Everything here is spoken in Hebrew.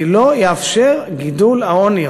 אני לא אאפשר גידול העוני.